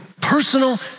personal